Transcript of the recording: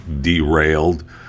derailed